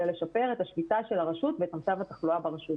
אלא לשפר את השליטה של הרשות ואת מצב התחלואה ברשות,